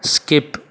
skip